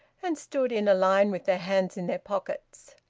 and stood in a line with their hands in their pockets.